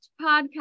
Podcast